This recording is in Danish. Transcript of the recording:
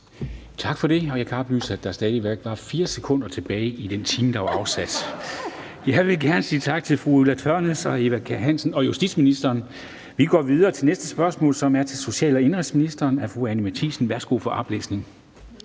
Tak for det. Og jeg kan oplyse, at der stadig væk var 4 sekunder tilbage af den time, der var afsat (Munterhed). Jeg vil gerne sige tak til fru Ulla Tørnæs og fru Eva Kjer Hansen og til justitsministeren. Vi går videre til næste spørgsmål, som er stillet til social- og indenrigsministeren af fru Anni Matthiesen. Kl. 14:21 Spm. nr.